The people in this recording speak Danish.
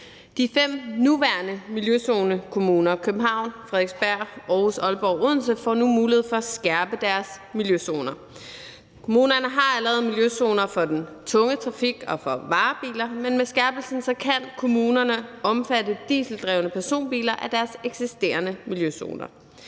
De fem nuværende miljøzonekommuner, København, Frederiksberg, Aarhus, Aalborg og Odense, får nu mulighed for at skærpe deres miljøzoner. Kommunerne har allerede miljøzoner for den tunge trafik og for varebiler, men med skærpelsen kan kommunerne lade dieseldrevne personbiler omfatte af deres eksisterende miljøzoner.